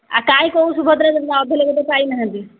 କାଇଁ କେଉଁ ସୁଭଦ୍ରରେ ଯୋଜନା ଅଧେ ଲୋକ ତ ପାଇନାହାନ୍ତି